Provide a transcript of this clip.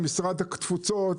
עם משרד התפוצות,